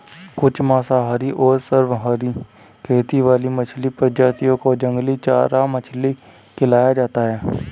कुछ मांसाहारी और सर्वाहारी खेती वाली मछली प्रजातियों को जंगली चारा मछली खिलाया जाता है